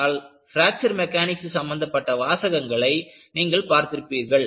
ஆனால் fracture mechanics சம்பந்தப்பட்ட வாசகங்களை நீங்கள் பார்த்திருப்பீர்கள்